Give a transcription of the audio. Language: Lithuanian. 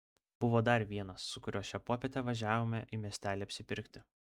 buvo dar vienas su kuriuo šią popietę važiavome į miestelį apsipirkti